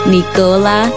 Nicola